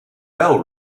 bell